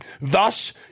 Thus